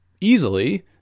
easily